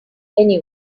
anyone